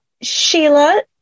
Sheila